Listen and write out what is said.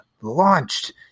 launched